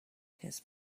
his